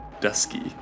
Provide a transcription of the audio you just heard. dusky